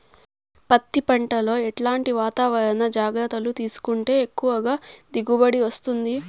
పత్తి పంట లో ఎట్లాంటి వాతావరణ జాగ్రత్తలు తీసుకుంటే ఎక్కువగా దిగుబడి వస్తుంది?